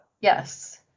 yes